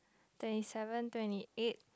twenty seven twenty eight